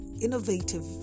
innovative